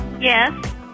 Yes